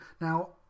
Now